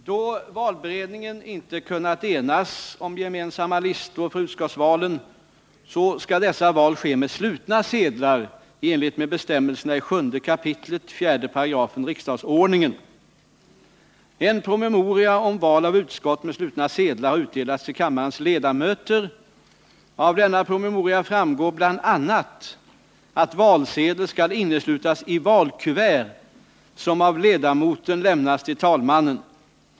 Då valberedningen inte kunnat enas om gemensamma listor för utskottsvalen skall dessa val ske med slutna sedlar i enlighet med bestämmelserna i 7 kap. 4 § riksdagsordningen. En promemoria om val av utskott med slutna sedlar har utdelats till kammarens ledamöter. Av denna promemoria framgår bl.a. att valsedel skall inneslutas i valkuvert som av ledamoten lämnas till talmannen.